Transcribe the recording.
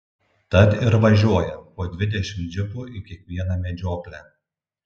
tad ir važiuoja po dvidešimt džipų į kiekvieną medžioklę